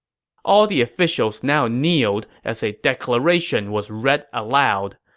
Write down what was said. all the officials now kneeled as a declaration was read aloud.